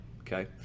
okay